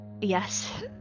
yes